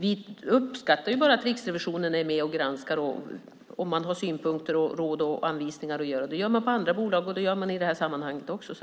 Vi uppskattar ju bara att Riksrevisionen är med och granskar och att man har synpunkter, råd och anvisningar. Det gör man på andra bolag, och det gör man i det här sammanhanget också.